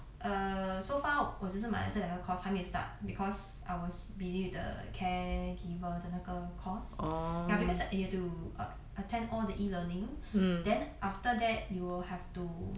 err so far 我只是买了这两个 course 还没 start because I was busy with the care giver 的那个 course ya because you have to attend all the e-learning then after that you will have to